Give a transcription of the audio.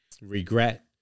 regret